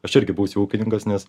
aš irgi būsiu ūkininkas nes